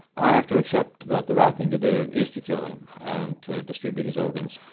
i have to accept that the right thing to do is to kill him and to distribute his organs.